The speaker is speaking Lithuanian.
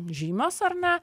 žymios ar ne